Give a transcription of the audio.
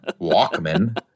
Walkman